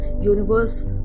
Universe